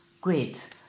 Great